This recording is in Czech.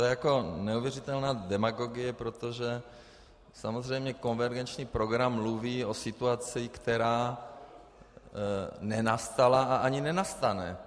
To je neuvěřitelná demagogie, protože samozřejmě konvergenční program mluví o situaci, která nenastala a ani nenastane.